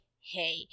hey